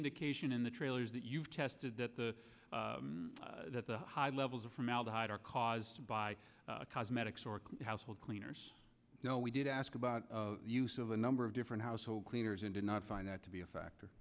indication in the trailers that you've tested that the that the high levels of formaldehyde are caused by cosmetics or household cleaners you know we did ask about the number of different household cleaners and did not find that to be a factor